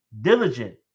diligent